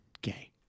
Gay